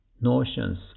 notions